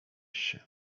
się